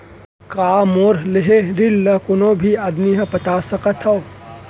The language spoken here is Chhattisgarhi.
का मोर लेहे ऋण ला कोनो भी आदमी ह पटा सकथव हे?